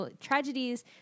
tragedies